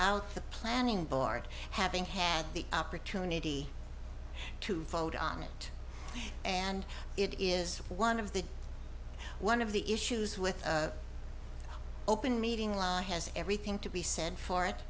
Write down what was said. the planning board having had the opportunity to vote on it and it is one of the one of the issues with open meeting law has everything to be said for it